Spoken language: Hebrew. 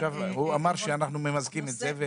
עכשיו הוא אמר שאנחנו מאחדים את זה.